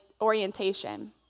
orientation